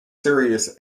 serious